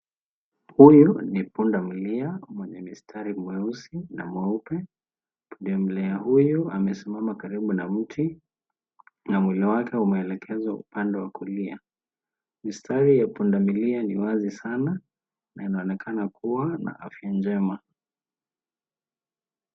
Huyu ni pundamilia mwenye mistari mweusi na mweupe. Pundamilia huyu amesimama karibu na mti na mwili wake umeelekezwa upande wa kulia. Mistari ya pundamilia ni wazi sana na inaonekana kuwa na afya njema.